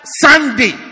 Sunday